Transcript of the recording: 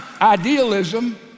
idealism